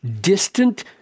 distant